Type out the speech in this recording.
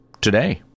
Today